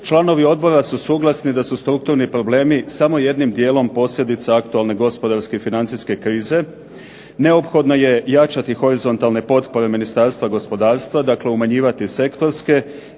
Članovi odbora su suglasni da su strukturni problemi samo jednim dijelom posljedica aktualne gospodarske i financijske krize. Neophodno je jačati horizontalne potpore Ministarstva gospodarstva, dakle umanjivati sektorske,